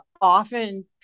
often